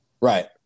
Right